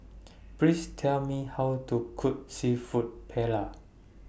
Please Tell Me How to Cook Seafood Paella